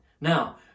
Now